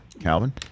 Calvin